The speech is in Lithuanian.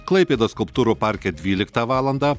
klaipėdos skulptūrų parke dvyliktą valandą